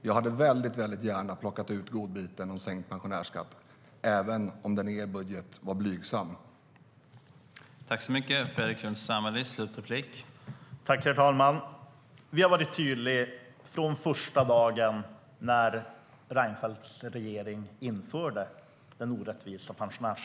Jag hade väldigt gärna plockat ut godbiten med sänkt pensionärsskatt, även om den i er budget var blygsam.